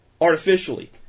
artificially